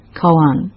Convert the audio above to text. koan